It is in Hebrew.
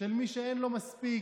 של מי שאין לו מספיק